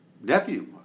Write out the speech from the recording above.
nephew